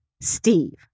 Steve